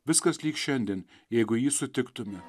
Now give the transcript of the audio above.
viskas lyg šiandien jeigu jį sutiktume